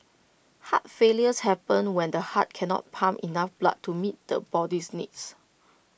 heart failures happens when the heart cannot pump enough blood to meet the body's needs